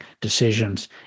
decisions